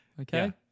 Okay